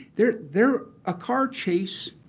there there a car chase,